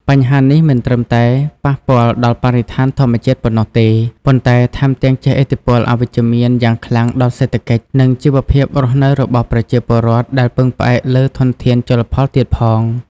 បញ្ហានេះមិនត្រឹមតែប៉ះពាល់ដល់បរិស្ថានធម្មជាតិប៉ុណ្ណោះទេ ប៉ុន្តែថែមទាំងជះឥទ្ធិពលអវិជ្ជមានយ៉ាងខ្លាំងដល់សេដ្ឋកិច្ច និងជីវភាពរស់នៅរបស់ប្រជាពលរដ្ឋដែលពឹងផ្អែកលើធនធានជលផលទៀតផង។